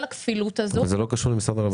הכפילות הזאת --- אבל זה לא קשור למשרד הרווחה.